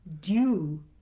due